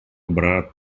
брат